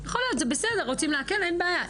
יכול להיות, זה בסדר, רוצים להקל, אין בעיה.